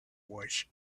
was